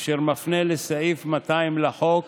אשר מפנה לסעיף 200 לחוק,